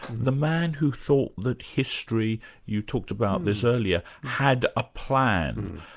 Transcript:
the man who thought that history you talked about this earlier had a plan.